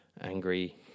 angry